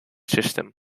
system